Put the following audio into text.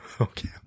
Okay